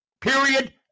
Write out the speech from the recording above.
period